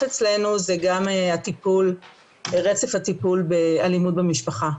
אצלנו זה גם רצף הטיפול באלימות במשפחה.